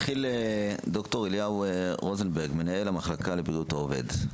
ד"ר אליהו רוזנברג, מנהל המחלקה לבריאות העובד,